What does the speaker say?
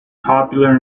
popular